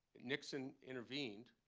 nixon intervened.